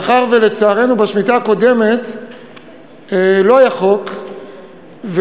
מאחר שלצערנו בשמיטה הקודמת לא היה חוק,